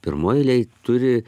pirmoj eilėj turi